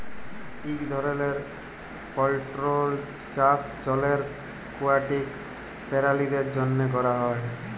ইক ধরলের কলটোরোলড চাষ জলের একুয়াটিক পেরালিদের জ্যনহে ক্যরা হ্যয়